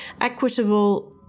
equitable